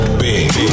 big